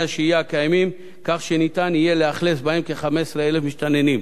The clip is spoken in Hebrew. השהייה הקיימים כך שניתן יהיה לשכן בהם כ-15,000 מסתננים.